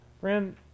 Friend